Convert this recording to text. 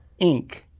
Inc